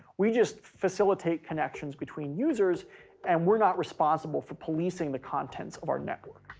we just facilitate connections between users and we're not responsible for policing the contents of our network.